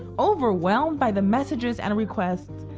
overwhelmed by the messages and requests,